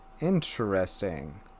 interesting